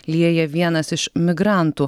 lieja vienas iš migrantų